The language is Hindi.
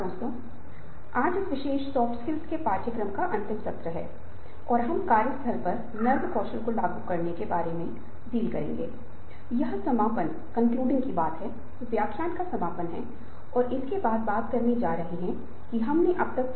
दोस्तों आज हम स्वयं को प्रेरित करने के बारे मे और स्व प्रेरणा के साथ स्वयं को प्रेरित करने के बारे में बात करेंगे और इस विषय में हम प्रेरणा और स्व प्रेरणा स्वयं प्रेरक प्रक्रिया के बारे में चर्चा करेंगे और फिर हम स्वयं को प्रेरित करने के लिए कुछ रणनीतियों को प्राप्त करने के लिए तंत्र को तोड़ने के लिए स्व प्रेरणा से जोड़ेंगे